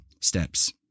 steps